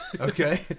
Okay